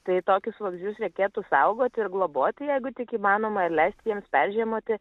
tai tokius vabzdžius reikėtų saugoti ir globoti jeigu tik įmanoma leisti jiems peržiemoti